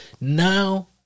Now